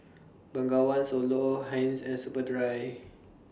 Bengawan Solo Heinz and Superdry